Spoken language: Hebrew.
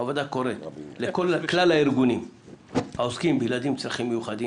הוועדה קוראת לכלל הארגונים שעוסקים בילדים עם צרכים מיוחדים,